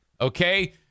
okay